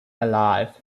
alive